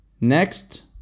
Next